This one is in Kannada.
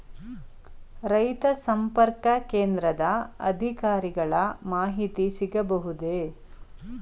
ರೈತ ಸಂಪರ್ಕ ಕೇಂದ್ರದ ಅಧಿಕಾರಿಗಳ ಮಾಹಿತಿ ಸಿಗಬಹುದೇ?